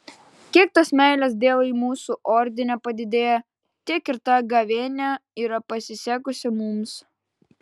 kiek tos meilės dievui mūsų ordine padidėja tiek ir ta gavėnia yra pasisekusi mums